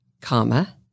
comma